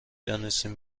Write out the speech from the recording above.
دانستیم